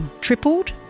tripled